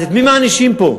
אז את מי מענישים פה?